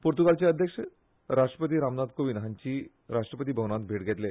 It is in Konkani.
पुर्तुगालचे अध्यक्ष राष्ट्रपती रामनाथ कोविंद हांची राष्ट्रपती भवनांत भेट घेतली